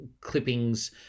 clippings